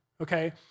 okay